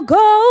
go